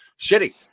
shitty